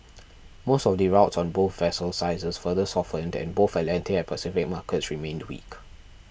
most of the routes on both vessel sizes further softened and both Atlantic and Pacific markets remained weak